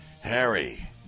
Harry